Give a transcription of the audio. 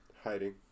Hiding